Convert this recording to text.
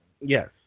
Yes